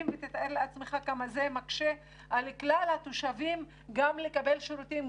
ותאר לעצמך כמה זה מקשה על כלל התושבים גם לקבל שירותים,